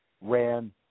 ran